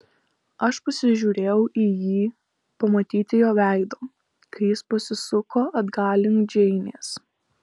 aš pasižiūrėjau į jį pamatyti jo veido kai jis pasisuko atgal link džeinės